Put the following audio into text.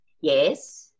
Yes